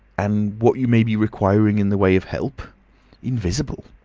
and what you may be requiring in the way of help invisible!